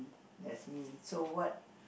that's me so what